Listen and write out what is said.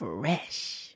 Fresh